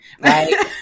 Right